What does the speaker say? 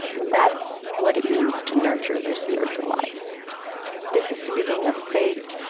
and that's what it means to nurture their spiritual lives this is speaking of faith.